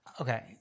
okay